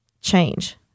change